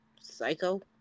psycho